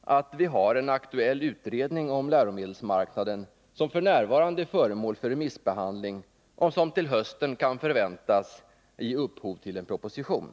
att vi har en aktuell utredning om läromedelsmarknaden som f. n. är föremål för remissbehandling och som till hösten kan förväntas ge upphov till en proposition.